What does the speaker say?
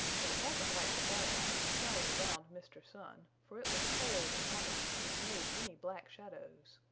but it wasn't like the bright light of jolly round mr. sun, for it was cold and white and it made many black shadows.